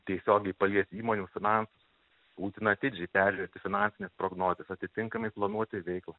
tiesiogiai palies įmonių finansus būtina atidžiai peržiūrėti finansines prognozes atitinkamai planuoti veiklą